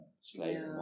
slave